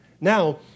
Now